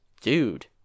dude